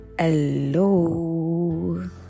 Hello